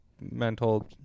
mental